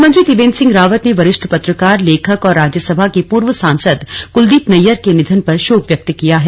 मुख्यमंत्री त्रिवेन्द्र सिंह रावत ने वरिष्ठ पत्रकार लेखक और राज्यसभा के पूर्व सांसद कुलदीप नैयर के निधन पर शोक व्यक्त किया है